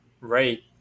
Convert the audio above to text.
Right